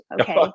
Okay